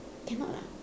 cannot ah